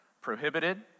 prohibited